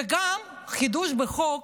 וגם חידוש בחוק,